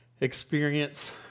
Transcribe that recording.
experience